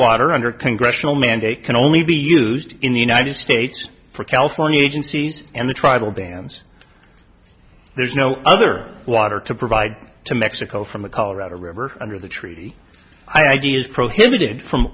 water under congressional mandate can only be used in the united states for california agencies and the travel bans there is no other water to provide to mexico from the colorado river under the treaty i g is prohibited from